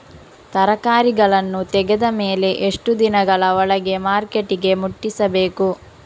ತರಕಾರಿಗಳನ್ನು ತೆಗೆದ ಮೇಲೆ ಎಷ್ಟು ದಿನಗಳ ಒಳಗೆ ಮಾರ್ಕೆಟಿಗೆ ಮುಟ್ಟಿಸಬೇಕು?